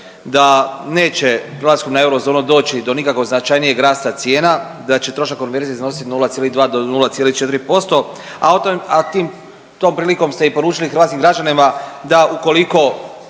da neće u Hrvatsku na Eurozonu doći do nikakvog značajnijeg rasta cijena, da će trošak konverzije iznosit 0,2 do 0,4%, a tim, tom prilikom ste i poručili hrvatskim građanima da ukoliko